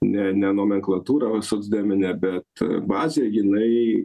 ne ne nomenklatūra socdeminė bet bazė jinai